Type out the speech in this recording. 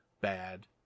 bad